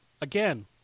Again